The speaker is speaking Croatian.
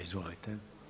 Izvolite.